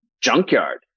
junkyard